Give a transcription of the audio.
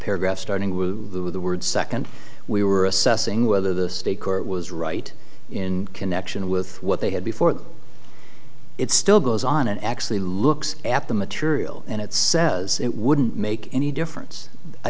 paragraph starting with the word second we were assessing whether the state court was right in connection with what they had before the it still goes on and actually looks at the material and it says it wouldn't make any difference i